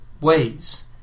ways